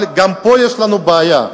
אבל גם פה יש לנו בעיה,